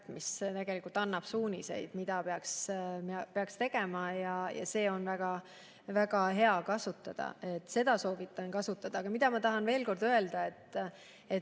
mis annab suuniseid, mida peaks tegema. Seda on väga hea kasutada ja seda ma soovitan kasutada. Aga ma tahan veel kord öelda,